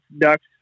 ducks